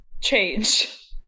change